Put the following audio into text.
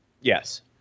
Yes